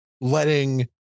letting